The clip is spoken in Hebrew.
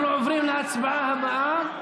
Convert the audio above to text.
אנחנו עוברים להצבעה הבאה: